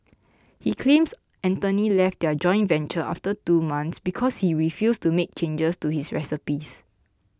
he claims Anthony left their joint venture after two months because he refused to make changes to his recipes